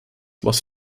was